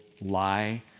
lie